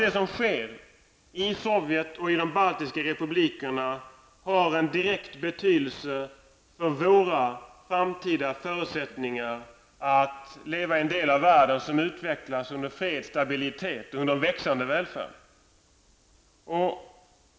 Det som händer i Sovjetunionen och i de baltiska republikerna har en direkt betydelse för våra framtida förutsättningar att leva i en del av världen som utvecklas under fred, stabilitet och växande välfärd.